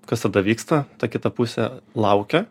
kas tada vyksta ta kita pusė laukia